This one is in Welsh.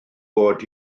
bod